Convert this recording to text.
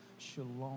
shalom